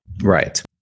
Right